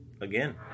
again